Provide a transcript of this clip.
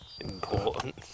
important